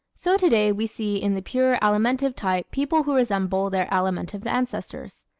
so today we see in the pure alimentive type people who resemble their alimentive ancestors.